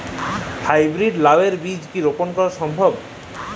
High breed লাও এর বীজ কি রোপন করা সম্ভব?